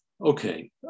Okay